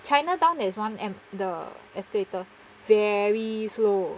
chinatown has one and the escalator very slow